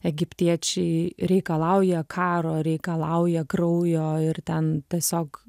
egiptiečiai reikalauja karo reikalauja kraujo ir ten tiesiog